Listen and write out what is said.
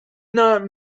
not